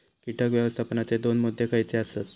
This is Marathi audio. कीटक व्यवस्थापनाचे दोन मुद्दे खयचे आसत?